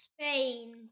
Spain